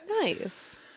Nice